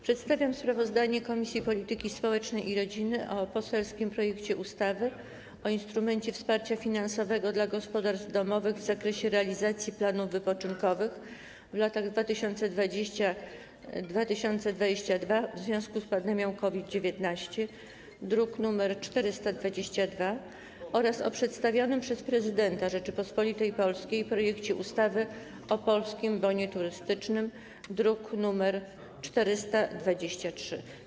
Przedstawiam sprawozdanie Komisji Polityki Społecznej i Rodziny o poselskim projekcie ustawy o instrumencie wsparcia finansowego dla gospodarstw domowych w zakresie realizacji planów wypoczynkowych w latach 2020–2022 w związku z pandemią COVID-19, druk nr 422, oraz o przedstawionym przez Prezydenta Rzeczypospolitej Polskiej projekcie ustawy o Polskim Bonie Turystycznym, druk nr 423.